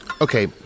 Okay